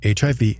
HIV